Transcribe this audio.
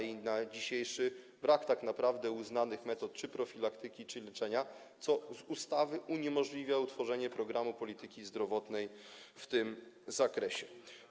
i na dzisiejszy brak tak naprawdę uznanych metod czy profilaktyki, czy leczenia, co w myśl ustawy uniemożliwia utworzenie programu polityki zdrowotnej w tym zakresie.